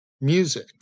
music